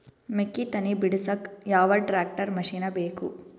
ಮೆಕ್ಕಿ ತನಿ ಬಿಡಸಕ್ ಯಾವ ಟ್ರ್ಯಾಕ್ಟರ್ ಮಶಿನ ಬೇಕು?